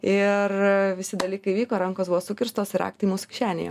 ir visi dalykai vyko rankos buvo sukirstos raktai mūsų kišenėje